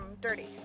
dirty